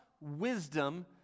wisdom